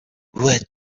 what